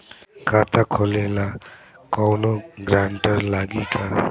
खाता खोले ला कौनो ग्रांटर लागी का?